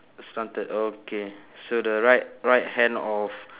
slanted okay so the right right hand of